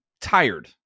tired